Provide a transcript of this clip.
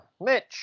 Mitch